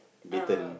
baton